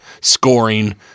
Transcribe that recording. scoring